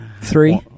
Three